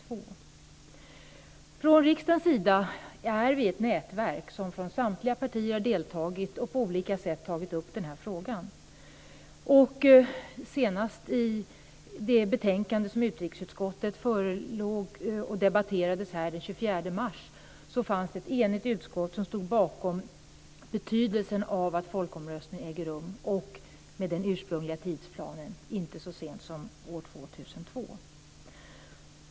Det finns ett nätverk i riksdagen där representanter från samtliga partier har deltagit och på olika sätt tagit upp den här frågan, senast i ett betänkande från utrikesutskottet som debatterades här i kammaren den 24 mars. Ett enigt utskott betonade betydelsen av att folkomröstningen äger rum efter den ursprungliga tidsplanen och inte så sent som år 2002.